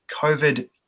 covid